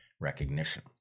recognition